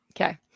Okay